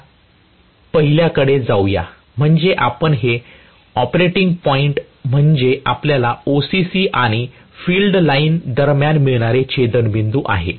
चला पहिल्याकडे जाऊ या म्हणजे आपण हे ऑपरेटिंग पॉईंट म्हणजे आपल्याला OCC आणि फील्ड लाईन दरम्यान मिळणारे छेदनबिंदू आहे